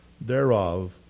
thereof